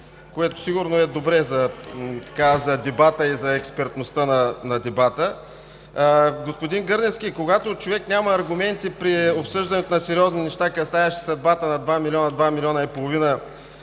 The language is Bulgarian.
когато човек няма аргументи при обсъждането на сериозни неща, касаещи съдбата на два милиона, два милиона и половина